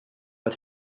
but